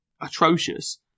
atrocious